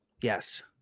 Yes